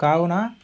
కావున